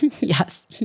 Yes